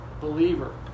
believer